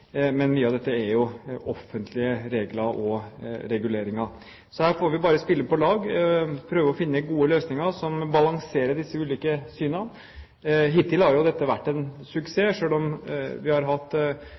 men mye av dette er offentlige regler og reguleringer. Så her får vi bare spille på lag og prøve å finne gode løsninger som balanserer disse ulike synene. Hittil har jo dette vært en